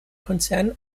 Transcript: konzern